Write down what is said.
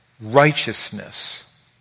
righteousness